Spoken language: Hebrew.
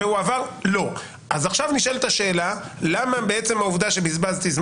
אז עכשיו נשאלת השאלה: למה בזה שבזבזתי את